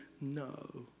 no